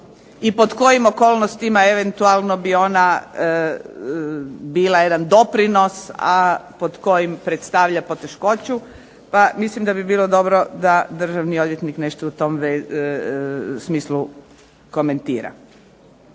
i pod kojim okolnostima eventualno bi ona bila jedan doprinos, a pod kojim predstavlja poteškoću. Pa mislim da bi bilo dobro da državni odvjetnik nešto u tom smislu komentira.